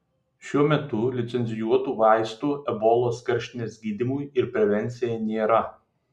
šiuo metu licencijuotų vaistų ebolos karštinės gydymui ir prevencijai nėra